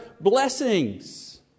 blessings